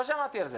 לא שמעתי על זה.